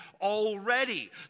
already